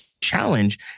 challenge